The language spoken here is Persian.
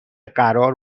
قرار